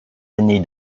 années